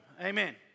Amen